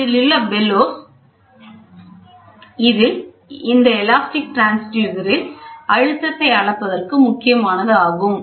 இதிலுள்ள பெலோஸ் இந்த elastic transducer ல் அழுத்தத்தை அளப்பதற்கு முக்கியமானது ஆகும்